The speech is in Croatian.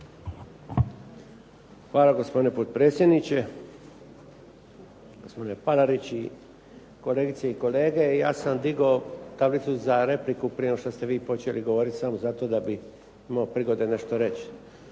Hvala gospodine potpredsjedniče. Gospodine Palarić i kolegice i kolege. Ja sam digao tablicu prije nego što ste vi počeli govoriti samo zato da bi imao prigode nešto reći.